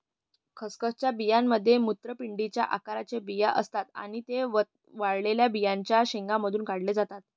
खसखसच्या बियांमध्ये मूत्रपिंडाच्या आकाराचे बिया असतात आणि ते वाळलेल्या बियांच्या शेंगांमधून काढले जातात